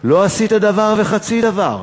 לא עשית דבר וחצי דבר?